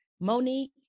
Monique